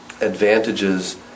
advantages